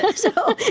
um so